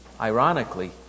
ironically